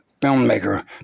filmmaker